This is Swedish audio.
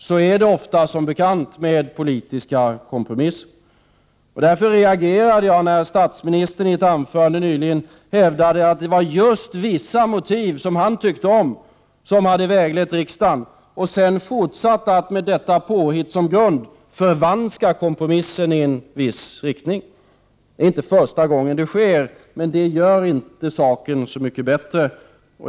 Så är det ofta, som bekant, med politiska kompromisser. Därför reagerade jag när statsministern i ett anförande nyligen hävdade att det var just vissa motiv som han tyckte om som hade väglett riksdagen. Med detta påhitt som grund fortsattes sedan förvanskningen av kompromissen i en viss riktning. Det är inte första gången det sker. Men det gör inte saken särskilt mycket bättre.